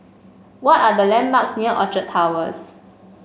what are the landmarks near Orchard Towers